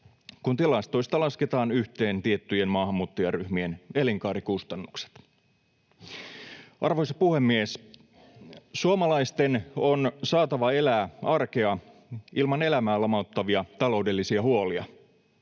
kun tilastoista lasketaan yhteen tiettyjen maahanmuuttajaryhmien elinkaarikustannukset. Arvoisa puhemies! Suomalaisten on saatava elää arkea ilman elämää lamauttavia taloudellisia huolia.